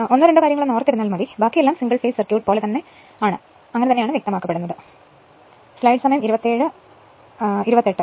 ഒന്നോ രണ്ടോ കാര്യങ്ങൾ ഓർത്താൽ മതി ബാക്കിയെല്ലാം സിംഗിൾ ഫേസ് സർക്യൂട്ട് പോലെ വ്യക്തമാക്കപ്പെടുമെന്നും ആണ്